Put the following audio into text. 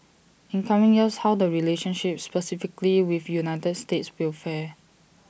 in coming years how the relationship specifically with united states will fare